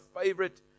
favorite